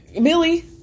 Millie